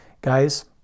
Guys